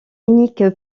unique